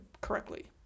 correctly